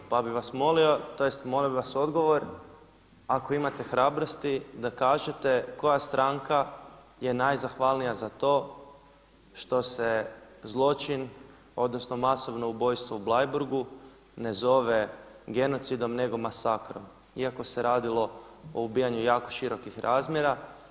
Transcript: Pa bih vas molio, tj. molim vas odgovor ako imate hrabrosti da kažete koja stranka je najzahvalnija za to što se zločin odnosno masovno ubojstvo u Bleiburgu ne zove genocidom nego masakrom, iako se radilo o ubijanju jako širokih razmjera.